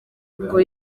ngo